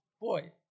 boy